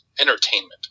entertainment